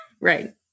Right